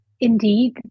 indeed